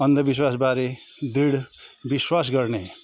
अन्धविश्वासबारे दृढ विश्वास गर्ने